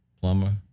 plumber